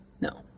No